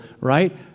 right